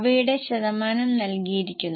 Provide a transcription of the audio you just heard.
അവയുടെ ശതമാനം നൽകിയിരിക്കുന്നു